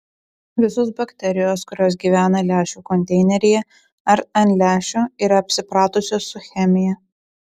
visos bakterijos kurios gyvena lęšių konteineryje ar ant lęšio yra apsipratusios su chemija